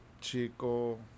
chico